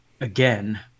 Again